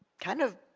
kind of,